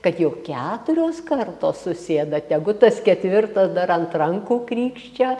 kad jau keturios kartos susėda tegu tas ketvirtas dar ant rankų krykščia